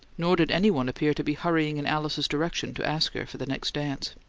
nor did any one appear to be hurrying in alice's direction to ask her for the next dance.